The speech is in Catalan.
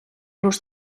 los